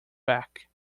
back